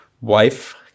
wife